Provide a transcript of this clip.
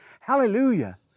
Hallelujah